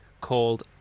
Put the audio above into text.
called